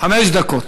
חמש דקות.